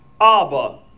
Abba